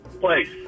Place